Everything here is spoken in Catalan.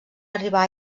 arribar